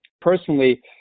Personally